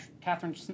Catherine